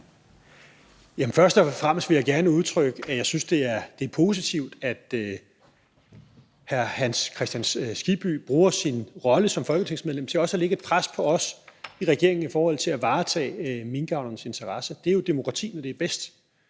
Først og fremmest vil jeg gerne udtrykke, at jeg synes, det er positivt, at hr. Hans Kristian Skibby bruger sin rolle som folketingsmedlem til også at lægge et pres på os i regeringen i forhold til at varetage minkavlernes interesse. Det er jo demokrati, når det er bedst.